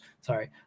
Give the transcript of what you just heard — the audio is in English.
Sorry